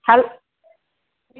hello